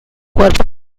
cuerpo